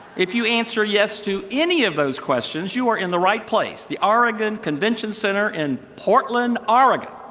if you answer yes to any of those questions, you are in the right place the oregon convention center in portland, oregon!